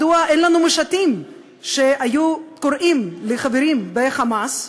אז מדוע אין לנו משטים שקוראים לחברים ב"חמאס"